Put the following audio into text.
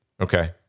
Okay